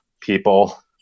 people